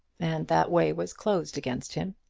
and that way was closed against him!